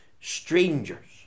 strangers